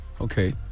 Okay